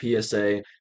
PSA